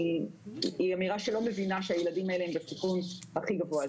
היא אמירה שלא מבינה שהילדים האלה הם בסיכון הכי גבוה.